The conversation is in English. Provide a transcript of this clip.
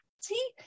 see